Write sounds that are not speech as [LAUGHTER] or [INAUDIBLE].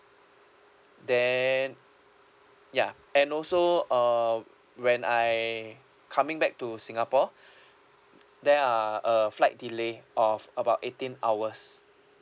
then ya and also uh when I coming back to singapore [BREATH] there are a flight delay of about eighteen hours